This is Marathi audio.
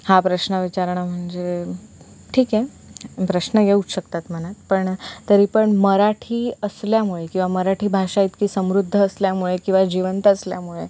हा प्रश्न विचारणं म्हणजे ठीक आहे प्रश्न येऊच शकतात मनात पण तरी पण मराठी असल्यामुळे किंवा मराठी भाषा इतकी समृद्ध असल्यामुळे किंवा जिवंत असल्यामुळे